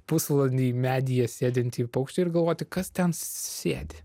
pusvalandį medyje sėdintį paukštį ir galvoti kas ten sėdi